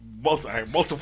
multiple